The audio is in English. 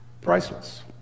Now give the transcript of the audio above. priceless